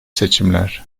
seçimler